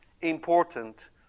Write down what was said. important